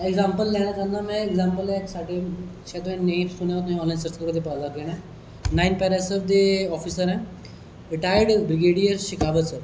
example लेना चाहंदा में एगजेम्पल ऐ इक साढ़ी शायद तुसें नेईं सुने दा होऐ तुस आनॅलाइन सर्च करगे ते तुसेंगी पता चलना नाइन पेरा एसएफ दे आफिसर ऐ रिटायर्ड ब्रगेडियर सिखावत सर